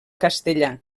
castellar